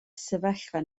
sefyllfa